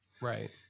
Right